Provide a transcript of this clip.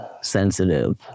sensitive